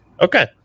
Okay